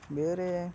ಬೇರೆ